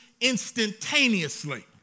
instantaneously